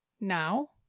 now